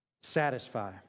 satisfy